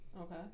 okay